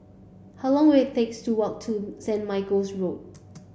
how long will takes to walk to Saint Michael's Road